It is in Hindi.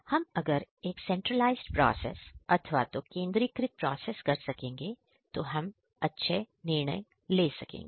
हम अगर एक सेंट्रलाइज्ड प्रोसेस अथवा तो केंद्रीकृत प्रोसेस कर सकेंगे तो हम अच्छे निर्णय ले सकेंगे